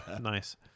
Nice